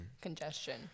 congestion